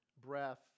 breath